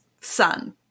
son